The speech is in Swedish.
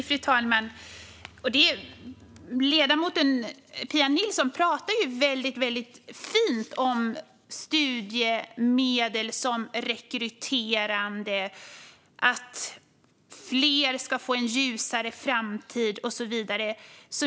Fru talman! Ledamoten Pia Nilsson pratar väldigt fint om studiemedel som rekryterande, om att fler ska få en ljusare framtid och så vidare.